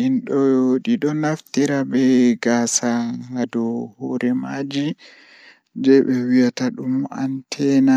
No aheftirta zaane ɗon woodi E nder waawde e art, ɓuri ko waɗde no anndon